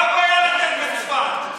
מה הבעיה לתת לצפת?